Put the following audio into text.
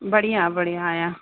बढ़िया बढ़िया आहियां